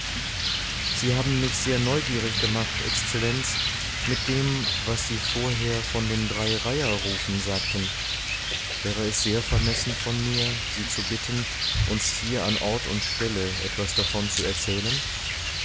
sie haben mich sehr neugierig gemacht exzellenz mit dem was sie vorher von den drei reiherrufen sagten wäre es sehr vermessen von mir sie zu bitten uns hier an ort und stelle etwas davon zu erzählen